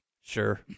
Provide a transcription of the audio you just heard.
Sure